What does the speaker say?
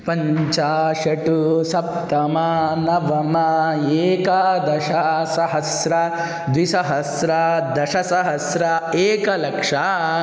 पञ्च षट् सप्त नव एकादश सहस्रं द्विसहस्रं दशसहस्रम् एकलक्षम्